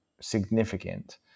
significant